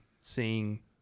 seeing